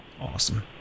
Awesome